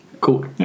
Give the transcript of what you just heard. Cool